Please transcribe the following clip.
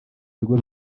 bigo